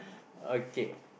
okay